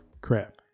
crap